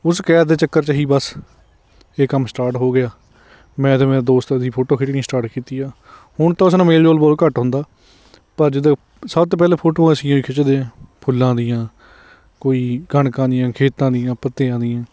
ਉਸ ਕੈਦ ਦੇ ਚੱਕਰ 'ਚ ਹੀ ਬਸ ਇਹ ਕੰਮ ਸਟਾਰਟ ਹੋ ਗਿਆ ਮੈਂ ਅਤੇ ਮੇਰਾ ਦੋਸਤ ਅਸੀਂ ਫੋਟੋ ਖਿੱਚਣੀਆਂ ਸਟਾਰਟ ਕੀਤੀਆਂ ਹੁਣ ਤਾਂ ਉਸ ਨਾਲ ਮੇਲਜੋਲ ਬਹੁਤ ਘੱਟ ਹੁੰਦਾ ਪਰ ਜਦੋਂ ਸਭ ਤੋਂ ਪਹਿਲਾਂ ਫੋਟੋਆਂ ਅਸੀ ਹੋਈ ਖਿੱਚਦੇ ਹਾਂ ਫੁੱਲਾਂ ਦੀਆਂ ਕੋਈ ਕਣਕਾਂ ਦੀਆਂ ਖੇਤਾਂ ਦੀਆਂ ਪੱਤਿਆਂ ਦੀਆਂ